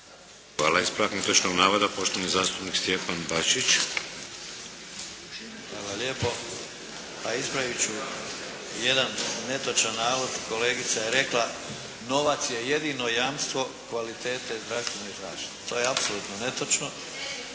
Hvala. Ispravak netočnog navoda, poštovani zastupnik Stjepan Bačić. **Bačić, Stjepan (HDZ)** Hvala lijepo. Pa ispravit ću jedan netočan navod. Kolegica je rekla: "novac je jedino jamstvo kvalitete zdravstvene zaštite". To je apsolutno netočno.